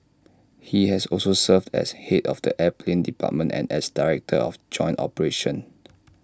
he has also served as Head of the air plan department and as director of joint operations